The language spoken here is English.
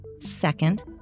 Second